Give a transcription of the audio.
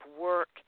work